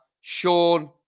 Sean